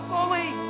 Fully